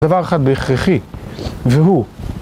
דבר אחד והכרחי, והוא.